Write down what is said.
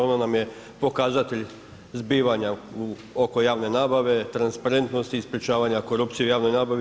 Ono nam je pokazatelj zbivanja oko javne nabave, transparentnosti i sprječavanja korupcije u javnoj nabavi.